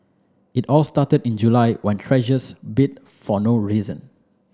it all started in July when Treasures bit for no reason